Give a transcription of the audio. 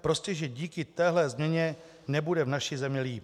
Prostě že díky téhle změně nebude v naší zemi líp.